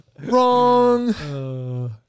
Wrong